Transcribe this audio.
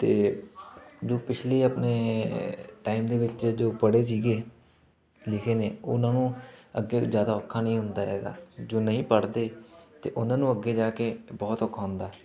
ਅਤੇ ਜੋ ਪਿਛਲੀ ਆਪਣੇ ਟਾਈਮ ਦੇ ਵਿੱਚ ਜੋ ਪੜ੍ਹੇ ਸੀਗੇ ਲਿਖੇ ਨੇ ਉਹਨਾਂ ਨੂੰ ਅੱਗੇ ਜ਼ਿਆਦਾ ਔਖਾ ਨਹੀਂ ਹੁੰਦਾ ਹੈਗਾ ਜੋ ਨਹੀਂ ਪੜ੍ਹਦੇ ਤਾਂ ਉਹਨਾਂ ਨੂੰ ਅੱਗੇ ਜਾ ਕੇ ਬਹੁਤ ਔਖਾ ਹੁੰਦਾ